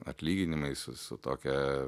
atlyginimais su su tokia